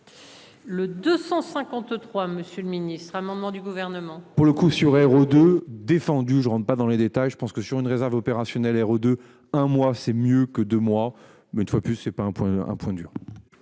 Le 253. Monsieur le Ministre, amendement du gouvernement. Pour le coup sur de défendu je rentre pas dans les détails. Je pense que sur une réserve opérationnelle héros de un mois c'est mieux que de moi, mais une fois plus, c'est pas un point un